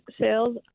sales